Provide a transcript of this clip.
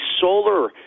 solar